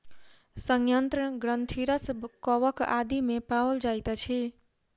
सयंत्र ग्रंथिरस कवक आदि मे पाओल जाइत अछि